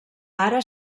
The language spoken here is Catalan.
ara